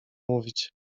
mówić